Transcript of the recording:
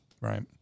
Right